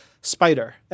Spider